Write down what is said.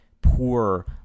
Poor